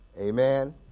Amen